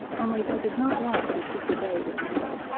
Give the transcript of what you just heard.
only they did not like to disobey their mother.